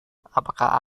apakah